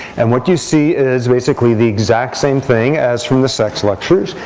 and what you see is, basically, the exact same thing as from the sex lectures,